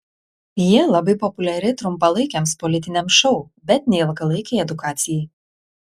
ji labai populiari trumpalaikiams politiniams šou bet ne ilgalaikei edukacijai